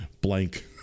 blank